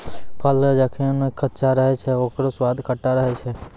फल जखनि कच्चा रहै छै, ओकरौ स्वाद खट्टा रहै छै